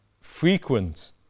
frequent